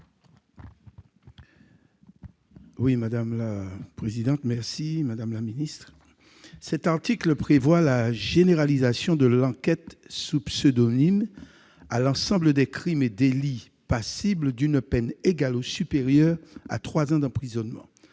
l'amendement n° 18 rectifié. Cet article prévoit la généralisation de l'enquête sous pseudonyme à l'ensemble des crimes et délits passibles d'une peine égale ou supérieure à trois ans d'emprisonnement.